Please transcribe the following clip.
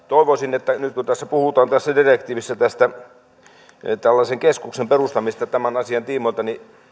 toivoisin että nimenomaan niin nyt kun tässä direktiivissä puhutaan tällaisen keskuksen perustamisesta tämän asian tiimoilta niin